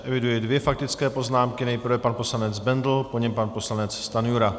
Eviduji dvě faktické poznámky, nejprve pan poslanec Bendl, po něm pan poslanec Stanjura.